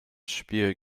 spiel